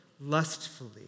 lustfully